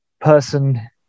person